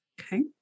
Okay